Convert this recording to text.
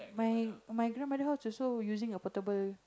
my my grandmother house also using a portable